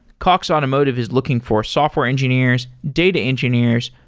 cox automotive is looking for software engineers, data engineers,